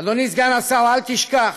אדוני סגן השר, אל תשכח,